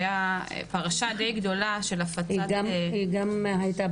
זו הייתה פרשה די גדולה של הפצת --- הפרשה הזו הייתה גם בטלוויזיה,